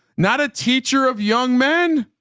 not a teacher of young men.